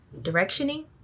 directioning